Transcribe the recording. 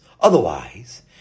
Otherwise